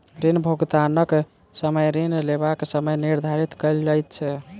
ऋण भुगतानक समय ऋण लेबाक समय निर्धारित कयल जाइत छै